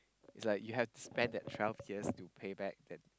it's like you have to spend that twelve years to pay back